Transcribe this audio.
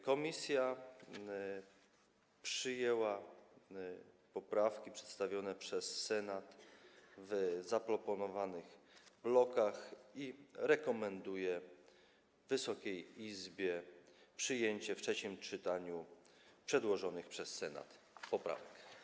Komisja przyjęła poprawki przedstawione przez Senat w zaproponowanych blokach i rekomenduje Wysokiej Izbie przyjęcie w trzecim czytaniu przedłożonych przez Senat poprawek.